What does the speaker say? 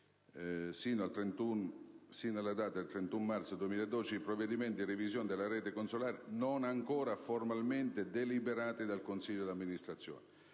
«sino alla data del 31 marzo 2012 i provvedimenti di revisione della rete consolare non ancora formalmente deliberati dal consiglio d'amministrazione